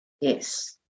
Yes